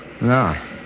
No